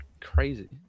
crazy